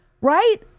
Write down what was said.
right